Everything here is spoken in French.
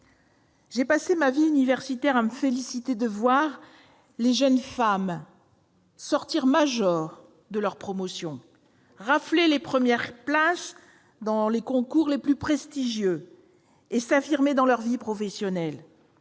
J'ai passé ma vie universitaire à me féliciter de voir des jeunes femmes sortir majors de leurs promotions, rafler les premières places dans des concours prestigieux et s'affirmer dans leurs vies professionnelles.